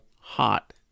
hot